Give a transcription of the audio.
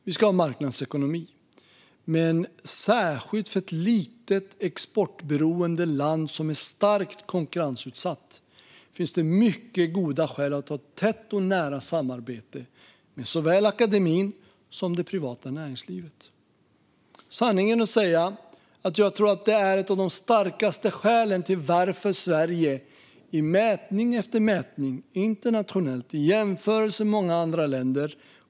Vi ska ha en marknadsekonomi, men särskilt för ett litet, exportberoende land som är starkt konkurrensutsatt finns det mycket goda skäl att ha ett tätt och nära samarbete med såväl akademin som det privata näringslivet. Sanningen att säga tror jag att det är ett av de starkaste skälen till att Sverige i mätning efter mätning internationellt kommer ut så starkt i jämförelse med många andra länder.